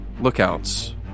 lookouts